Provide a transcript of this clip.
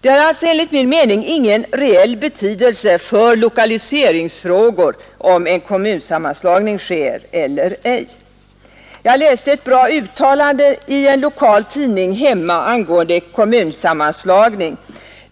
Det har alltså enligt min mening ingen reell betydelse för lokaliseringsfrågor om en kommunsammanläggning sker eller ej. Jag läste ett bra uttalande i en lokal tidning hemma angående en kommunsammanslagning.